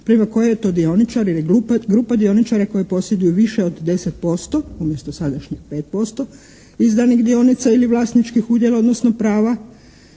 preko koje to dioničari ili grupa dioničara koji posjeduju više od 10% umjesto sadašnjih 5% izdanih dionica ili vlasničkih udjela odnosno prava